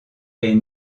est